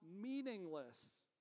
meaningless